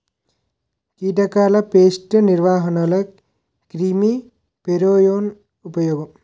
కీటకాల పేస్ట్ నిర్వహణలో క్రిమి ఫెరోమోన్ ఉపయోగం